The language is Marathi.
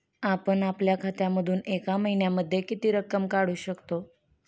आपण आपल्या खात्यामधून एका महिन्यामधे किती रक्कम काढू शकतो?